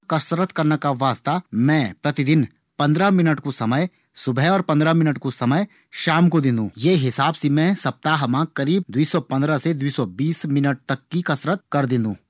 कसरत करना का वास्ता मैं प्रतिदिन पंद्रह मिनट सुबह और पंद्रह मिनट शाम कू समय देंदु। ये हिसाब से मैं सप्ताह मा दो सौ पंद्रह से दो सौ बीस मिनट कसरत करदु।